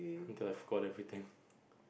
until I forgot everything